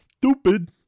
stupid